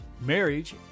marriage